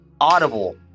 audible